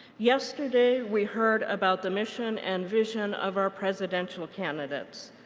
yesterday we heard about the mission and vision of our presidential candidates.